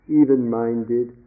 even-minded